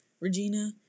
Regina